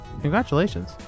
Congratulations